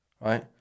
right